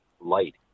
light